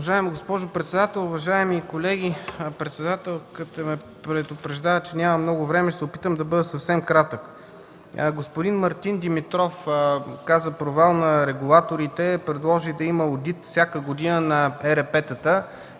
Уважаема госпожо председател! Уважаеми колеги, председателката ме предупреждава, че няма много време. Ще се опитам да бъда съвсем кратък. Господин Мартин Димитров каза провал на регулаторите, предложи всяка година да има одит на ЕРП-тата.